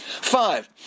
Five